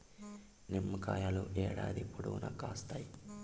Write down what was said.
నిమ్మకాయలు ఏడాది పొడవునా కాస్తాయి